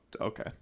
okay